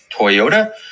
Toyota